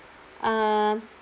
uh